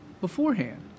beforehand